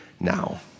now